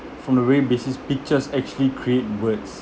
from the very basis pictures actually create words